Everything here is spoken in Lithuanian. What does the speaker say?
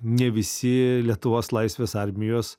ne visi lietuvos laisvės armijos